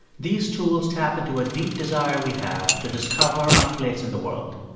these tools tap into a deep desire we have to discover our place in the world.